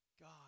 God